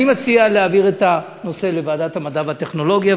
אני מציע להעביר את הנושא לוועדת המדע והטכנולוגיה,